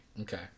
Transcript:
Okay